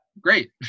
Great